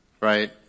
right